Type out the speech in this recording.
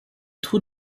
trous